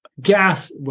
gas